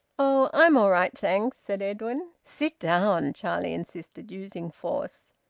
oh! i'm all right, thanks, said edwin. sit down! charlie insisted, using force.